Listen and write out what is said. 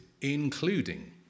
including